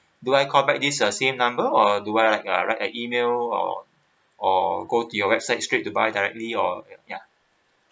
do I call back this uh same number or do I write uh write an email or or go to your website straight to buy directly or ya